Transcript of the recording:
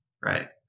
right